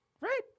right